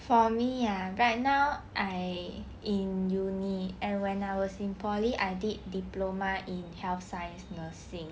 for me ya right now I in uni and when I was in poly I did diploma in health science nursing